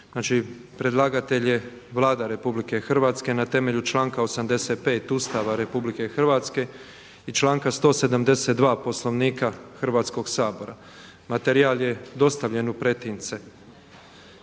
Znači predlagatelj je Vlada RH na temelju članka 85. Ustava RH i članka 172. Poslovnika Hrvatskog sabora. Materijal je dostavljen u pretince.